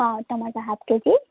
ହଁ tomato half KG